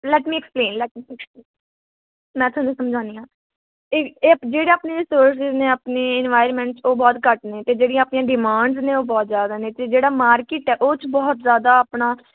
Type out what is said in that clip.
light me explain let me explain ਮੈਂ ਤੁਹਾਨੂੰ ਸਮਝਾਉਂਦੀ ਹਾਂ ਇਹ ਇਹ ਅਪ ਜਿਹੜੇ ਆਪਣੇ ਸੋਰਸਿਜ ਨੇ ਆਪਣੇ ਇਨਵਾਇਰਮੈਂਟ 'ਚ ਉਹ ਬਹੁਤ ਘੱਟ ਨੇ ਅਤੇ ਜਿਹੜੀਆਂ ਆਪਣੀਆਂ ਡਿਮਾਂਡਸ ਨੇ ਉਹ ਬਹੁਤ ਜ਼ਿਆਦਾ ਨੇ ਅਤੇ ਜਿਹੜਾ ਮਾਰਕੀਟ ਹੈ ਉਹ 'ਚ ਬਹੁਤ ਜ਼ਿਆਦਾ ਆਪਣਾ